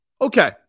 Okay